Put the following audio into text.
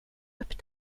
upp